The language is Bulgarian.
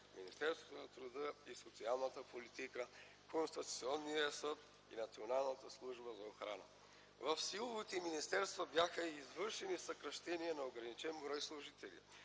Министерството на труда и социалната политика, Конституционния съд и Националната служба за охрана. В силовите министерства бяха извършени съкращения на ограничен брой служители.